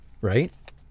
right